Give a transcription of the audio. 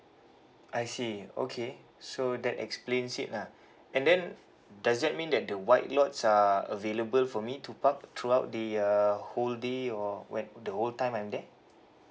I see okay so that explains it lah and then does that mean that the white lots are available for me to park throughout the uh whole day or when the whole time I'm there